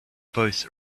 both